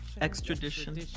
Extradition